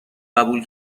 قبول